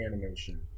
animation